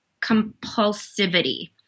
compulsivity